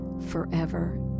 forever